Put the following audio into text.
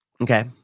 Okay